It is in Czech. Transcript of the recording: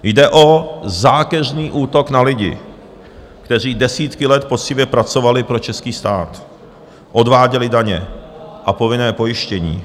Jde o zákeřný útok na lidi, kteří desítky let poctivě pracovali pro český stát, odváděli daně a povinné pojištění.